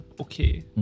okay